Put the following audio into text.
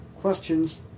Questions